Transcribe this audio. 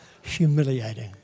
humiliating